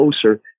closer